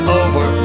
over